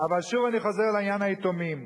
אבל שוב אני חוזר לעניין היתומים.